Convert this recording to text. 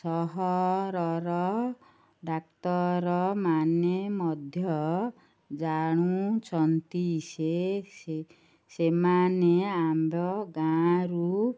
ସହରର ଡାକ୍ତରମାନେ ମଧ୍ୟ ଜାଣୁଛନ୍ତି ସେ ସେ ସେମାନେ ଆମ୍ଭ ଗାଁରୁ